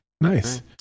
nice